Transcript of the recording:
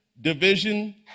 division